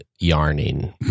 yarning